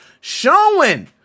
showing